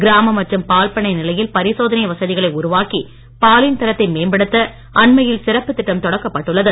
கிராம மற்றும் பால் பண்ணை நிலையில் பரிசோதனை வசதிகளை உருவாக்கி பாலின் தரத்தை மேம்படுத்த அண்மையில் சிறப்பு திட்டம் தொடக்கப்பட்டுள்ளது